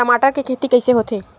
टमाटर के खेती कइसे होथे?